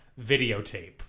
videotape